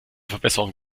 verbesserung